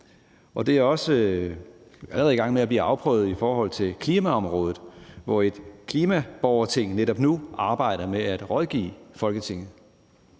og det er også allerede i gang med at blive afprøvet i forhold til klimaområdet, hvor et klimaborgerting netop nu arbejder med at rådgive Folketinget.